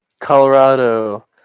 Colorado